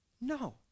No